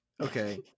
Okay